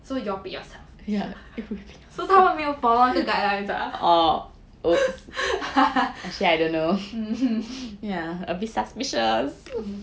so you all pick yourself so 他们没有 follow 那个 guidelines ah